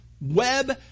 web